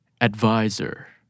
Advisor